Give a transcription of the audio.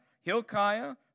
Hilkiah